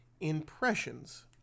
impressions